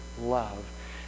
love